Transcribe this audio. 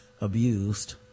abused